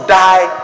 die